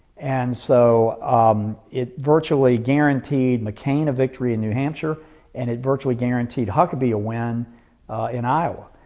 and so it virtually guaranteed mccain a victory in new hampshire and it virtually guaranteed huckabee a win in iowa.